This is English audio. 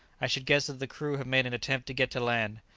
i should guess that the crew have made an attempt to get to land,